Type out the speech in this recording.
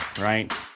right